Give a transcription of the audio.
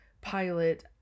pilot